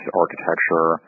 architecture